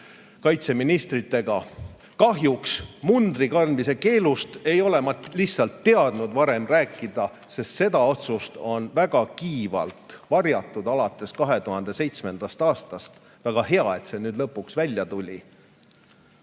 kaitseministriga. Kahjuks mundri kandmise keelust ei ole ma lihtsalt teadnud varem rääkida, sest seda otsust on väga kiivalt varjatud alates 2007. aastast. Väga hea, et see lõpuks välja tuli,